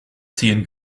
ziehen